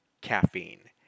caffeine